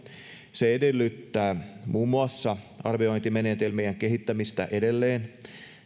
se edellyttää muun muassa arviointimenetelmien kehittämistä edelleen